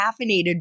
caffeinated